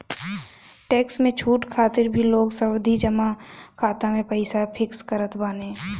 tax में छूट खातिर भी लोग सावधि जमा खाता में पईसा फिक्स करत बाने